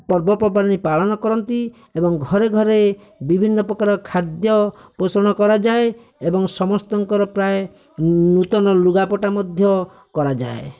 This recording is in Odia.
ପର୍ବପର୍ବାଣି ପାଳନ କରନ୍ତି ଏବଂ ଘରେ ଘରେ ବିଭିନ୍ନ ପ୍ରକାର ଖାଦ୍ୟ ପୋଷଣ କରାଯାଏ ଏବଂ ସମସ୍ତଙ୍କର ପ୍ରାୟ ନୂତନ ଲୁଗାପଟା ମଧ୍ୟ କରାଯାଏ